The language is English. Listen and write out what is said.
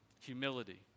Humility